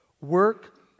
work